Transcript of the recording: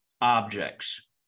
objects